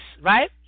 right